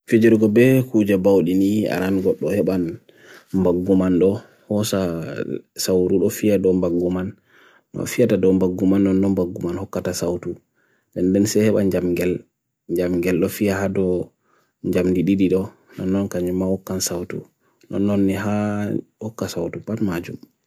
Fijirukubi kujabaw dini arangot dohe ban mbak guman do, hoza saorul ofia do mbak guman, nofia do do mbak guman, no mbak guman hukata sautu. Densehe ban jam gel, jam gel do fia do jam dididi do, no nong kajima hukan sautu, no nong niha hukas sautu pan majum.